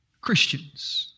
Christians